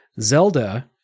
Zelda